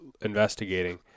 investigating